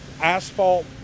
asphalt